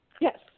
Yes